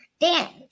dance